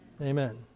Amen